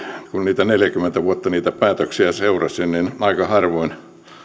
kun neljäkymmentä vuotta niitä päätöksiä seurasin niin aika harvoin